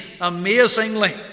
Amazingly